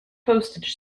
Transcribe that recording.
postage